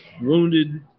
wounded